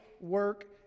work